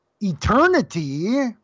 eternity